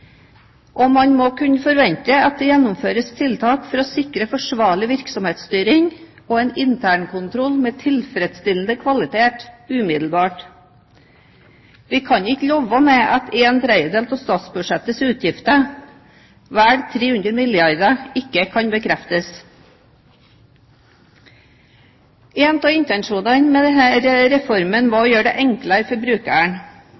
internkontrollen. Man må kunne forvente at det umiddelbart gjennomføres tiltak for å sikre forsvarlig virksomhetsstyring og en internkontroll av tilfredsstillende kvalitet. Vi kan ikke leve med at en tredjedel av statsbudsjettets utgifter – vel 300 milliarder – ikke kan bekreftes. En av intensjonene med denne reformen